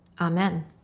Amen